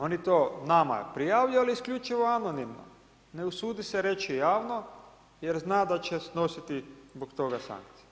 Ono to nama prijavljuju ali isključivo anonimno, ne usude se reći javno jer zna da će snositi zbog toga sankcije.